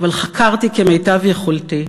אבל חקרתי כמיטב יכולתי.